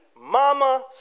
mama